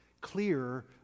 clear